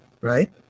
Right